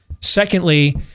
Secondly